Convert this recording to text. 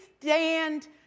stand